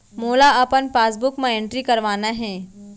मोला अपन पासबुक म एंट्री करवाना हे?